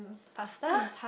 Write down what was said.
pasta